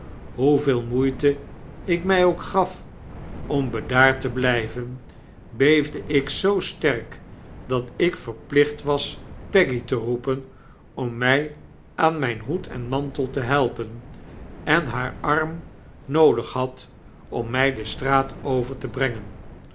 hoeveel moeite ik mij ook gaf om bedaard te blijven beefde ik zoo sterk dat ik verplicht was peggy te roepen om my aan myn hoed en mantel te helpen en haar arm noodig had om my de straat over te brengen